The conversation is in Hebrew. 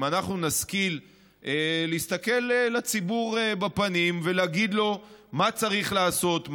אם אנחנו נשכיל להסתכל לציבור בפנים ולהגיד לו מה צריך לעשות,